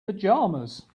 pajamas